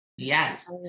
Yes